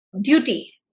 duty